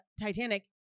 Titanic